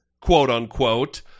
quote-unquote